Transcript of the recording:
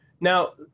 Now